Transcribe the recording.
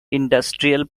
industrial